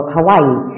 Hawaii